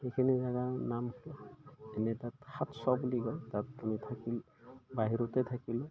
সেইখিনি জেগাৰ নাম এনেই তাত সাতশ বুলি কয় তাত আমি থাকি বাহিৰতে থাকিলোঁ